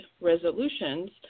resolutions